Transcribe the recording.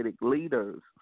leaders